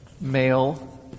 male